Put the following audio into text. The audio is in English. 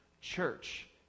church